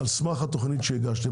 על סמך התוכנית שהגשתם.